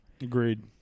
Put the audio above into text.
Agreed